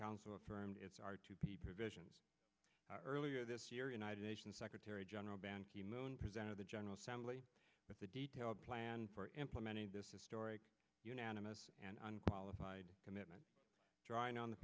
council affirmed its are to be provisions earlier this year united nations secretary general ban ki moon presented the general assembly with a detailed plan for implementing this historic unanimous and unqualified commitment drawing on the